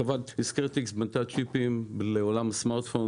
חברת Discretix בנתה צ'יפים לעולם הסמארטפון,